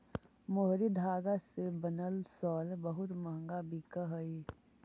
मोहरी धागा से बनल शॉल बहुत मँहगा बिकऽ हई